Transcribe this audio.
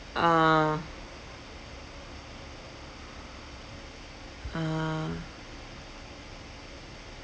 ah ah